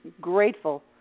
grateful